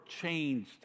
changed